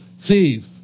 thief